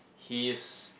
he is